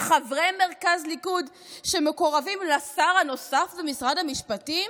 חברי מרכז ליכוד שמקורבים לשר הנוסף במשרד המשפטים?